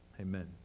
Amen